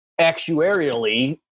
actuarially